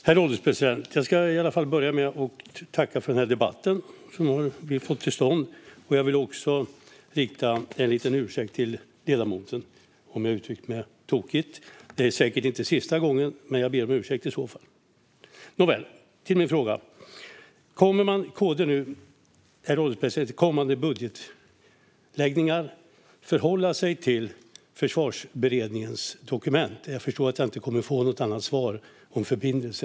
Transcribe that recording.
Herr ålderspresident! Jag ska börja med att tacka för denna debatt, som vi har fått till stånd. Jag vill också rikta en liten ursäkt till ledamoten om jag uttryckt mig tokigt. Det är säkert inte sista gången, man jag ber om ursäkt i så fall. Nåväl, till min fråga: Kommer KD nu att i kommande budgetar förhålla sig till Försvarsberedningens dokument? Jag förstår att jag inte kommer att få något annat svar om förbindelse.